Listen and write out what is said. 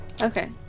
Okay